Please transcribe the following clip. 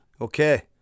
okay